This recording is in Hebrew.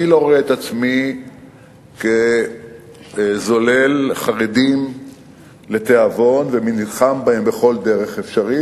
אני לא רואה את עצמי כזולל חרדים לתיאבון ונלחם בהם בכל דרך אפשרית.